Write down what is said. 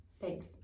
Thanks